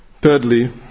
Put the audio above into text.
Thirdly